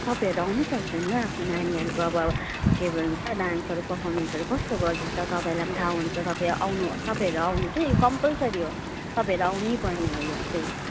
तपाईँहरू आउनु पर्छ नि हो आफ्नो नानीहरूको अब के भन्छ डान्सहरू पर्फोरमेन्सहरू कस्तो गर्दैछ तपाईँलाई थाहा हुन्छ तपाईँ आउनु तपाईँहरू आउनु चाहिँ कम्पलसरी हो तपाईँहरू आउनै पर्ने हो यहाँ चाहिँ